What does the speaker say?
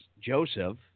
Joseph